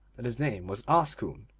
that his name was oscoon.